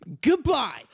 Goodbye